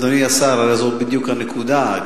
אדוני השר, הרי זאת בדיוק הנקודה.